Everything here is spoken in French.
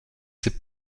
ses